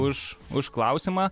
už už klausimą